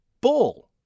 Bull